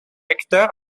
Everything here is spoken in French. recteur